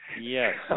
Yes